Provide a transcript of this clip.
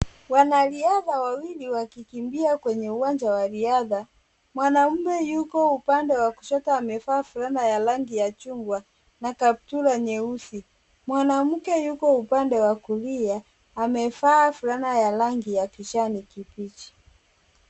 Wanariadha wawili wakikimbia kwenye uwanja wa riadha. Mwanamume yuko upande wa kushoto amevaa fulana ya rangi ya chungwa na kaptura nyeusi. Mwanamke yuko upande wa kulia amevaa fulana ya rangi ya kijani kibichi.